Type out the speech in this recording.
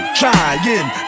trying